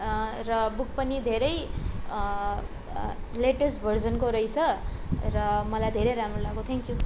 र बुक पनि धेरै लेटेस्ट भर्जनको रहेछ र मलाई धेरै राम्रो लाग्यो थ्याङ्क्यु